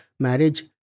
marriage